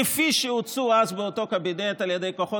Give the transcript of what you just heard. כפי שהוצעו אז באותו קבינט על ידי כוחות